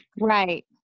right